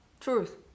truth